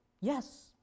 yes